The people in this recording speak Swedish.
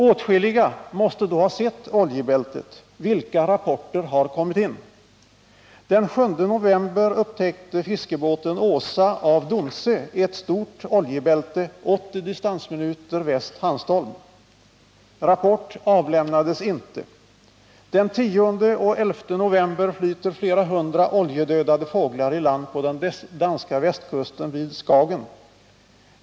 Åtskilliga måste då ha sett oljebältet. Vilka rapporter har kommit in? Den 7 november 1978 upptäckte fiskebåten Åsa av Donsö ett stort oljebälte 80 distansminuter väst Hanstholm. Rapport avlämnades inte. Den 10 och 11 november flyter flera hundra oljedödade fåglar i land på den danska västkusten vid Skagen.